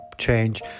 change